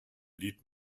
lied